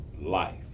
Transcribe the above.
life